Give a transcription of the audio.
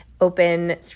open